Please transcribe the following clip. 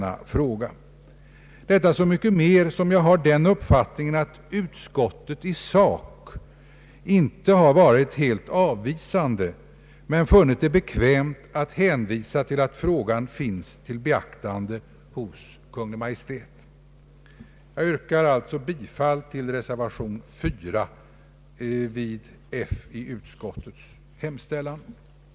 Men oavsett det anser jag att detta är en rättvisefråga, och jag yrkar därför bifall till reservationen 4 vid andra lagutskottets utlåtande nr 50.